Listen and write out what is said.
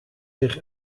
zich